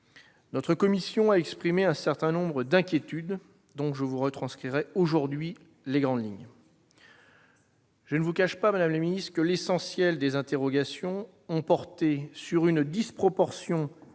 Notre commission a exprimé un certain nombre d'inquiétudes, dont je vais vous retranscrire les grandes lignes. Je ne vous cache pas, madame la ministre, que, pour l'essentiel, les interrogations ont porté sur une disproportion manifeste